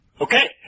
Okay